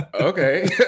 Okay